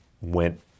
went